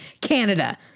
Canada